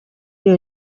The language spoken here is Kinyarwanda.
iyi